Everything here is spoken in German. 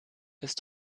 ist